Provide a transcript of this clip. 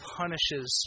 punishes